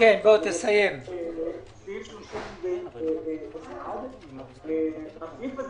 סעיף 31. הסעיף הזה,